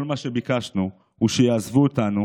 כל מה שביקשנו הוא שיעזבו אותנו